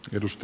puhemies